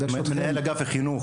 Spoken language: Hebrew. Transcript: מנהל אגף החינוך,